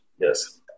Yes